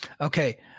Okay